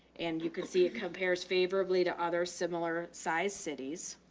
and you could see it compares favorably to other similar sized cities.